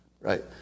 right